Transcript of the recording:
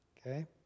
okay